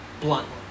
bluntly